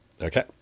Okay